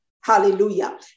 hallelujah